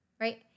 right